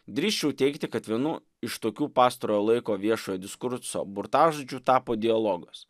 drįsčiau teigti kad vienu iš tokių pastarojo laiko viešojo diskurso burtažodžių tapo dialogas